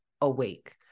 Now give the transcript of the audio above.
awake